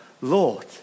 Lord